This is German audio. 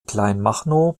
kleinmachnow